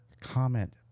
comment